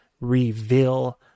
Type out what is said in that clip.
reveal